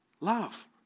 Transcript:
Love